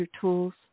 tools